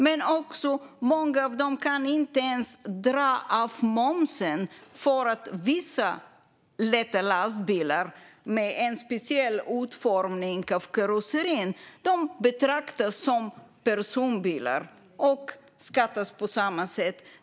Många av dem kan dessutom inte ens dra av momsen eftersom vissa lätta lastbilar, där karossen har en speciell utformning, betraktas som personbilar och beskattas som det.